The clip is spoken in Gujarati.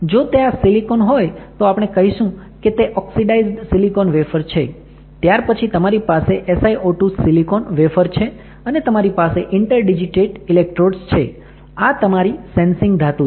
જો તે આ સીલીકોન હોય તો આપણે કહીશું કે તે ઓક્સિડાઇઝ સીલીકોન વેફર છે ત્યાર પછી તમારી પાસે SiO2 સિલિકોન વેફર છે અને તમારી પાસે ઇન્ટરડીજીટેટેડ ઇલેક્ટ્રોડ્સ છે આ તમારી સેન્સિંગ ધાતુ છે